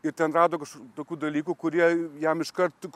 ir ten rado kažk tokių dalykų kurie jam iškart tik